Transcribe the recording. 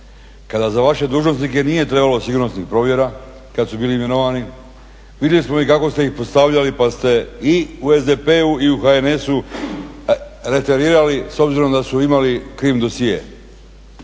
kada za vaše dužnosnike nije trebalo sigurnosnih provjera kad su imenovani, vidjeli smo i kako ste ih postavljali pa ste i u SDP-u i u HNS-u … s obzirom da su imali krim dosje.